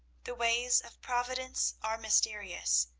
the ways of providence are mysterious,